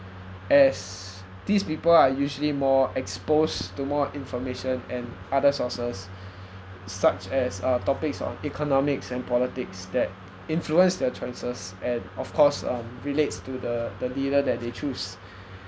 as these people are usually more exposed to more information and other sources such as uh topics on economics and politics that influenced their choices at of course um relates to the the leader that they choose